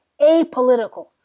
apolitical